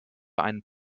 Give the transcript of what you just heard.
ein